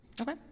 Okay